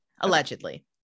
Allegedly